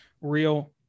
real